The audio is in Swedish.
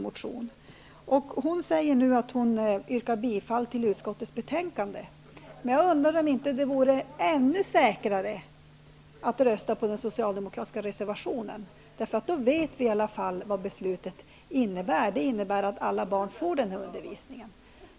Hon säger nu att hon yrkar bifall till utskottets hemställan. Men jag undrar om det inte vore ännu säkrare att rösta på den socialdemokratiska reservationen, för då vet vi i alla fall vad beslutet innebär, nämligen att alla barn får den här undervisningen.